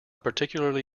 particularly